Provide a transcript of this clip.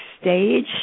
stage